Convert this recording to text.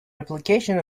application